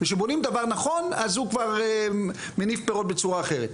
וכשבונים דבר נכון אז הוא כבר מניב פירות בצורה אחרת,